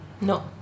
No